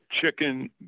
chicken